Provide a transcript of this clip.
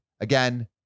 Again